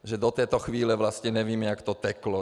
Že do této chvíle vlastně nevíme, jak to teklo.